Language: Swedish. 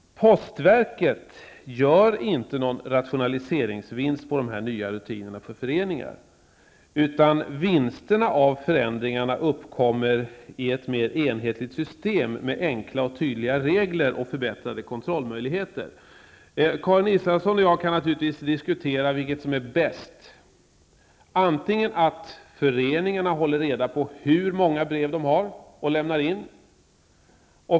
Postverket gör inte någon rationaliseringsvinst på de nya rutinerna för föreningsbrev. Vinsten uppkommer i och med att man får ett mer enhetligt system med enkla och tydliga regler och förbättrade kontrollmöjligheter. Karin Israelsson och jag kan naturligtvis diskutera vilket som är bäst. Det ena alternativet är att föreningarna håller reda på hur många brev de lämnar in.